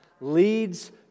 Leads